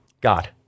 God